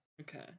okay